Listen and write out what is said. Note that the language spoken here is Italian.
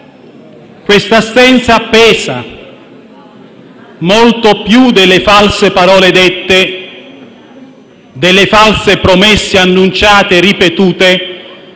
L'assenza pesa molto più delle false parole dette e delle false promesse annunciate, ripetute